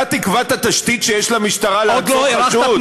אתה תקבע את התשתית שיש למשטרה לעצור חשוד?